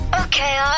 okay